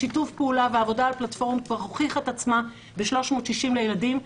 שיתוף הפעולה והעבודה הפלטפורמית כבר הוכיחה את עצמה ב-360 לילדים.